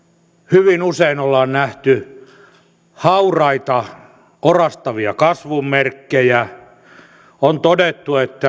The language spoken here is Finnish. hyvin usein ollaan nähty hauraita orastavia kasvun merkkejä on todettu että